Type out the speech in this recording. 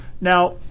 now